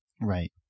Right